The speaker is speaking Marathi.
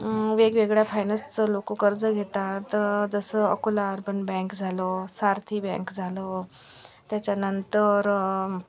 वेगवेगळ्या फायनान्सचं लोकं कर्ज घेतात जसं अकोला अर्बन बँक झालं सारथी बँक झालं त्याच्यानंतर